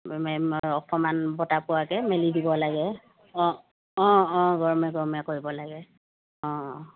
অকমান বতাহ পোৱাকৈ মেলি দিব লাগে অঁ অঁ অঁ গৰমে গৰমে কৰিব লাগে অঁ অঁ